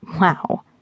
Wow